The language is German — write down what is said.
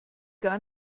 gar